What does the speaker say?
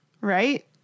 right